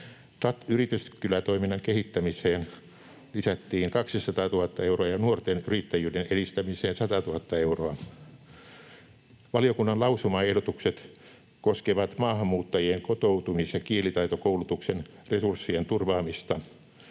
yrityskylätoiminnan kehittämiseen lisättiin 200 000 euroa ja nuorten yrittäjyyden edistämiseen 100 000 euroa. Valiokunnan lausumaehdotukset koskevat maahanmuuttajien kotoutumis- ja kielitaitokoulutuksen resurssien turvaamista,